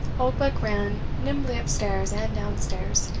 oldbuck ran nimbly up stairs and down stairs,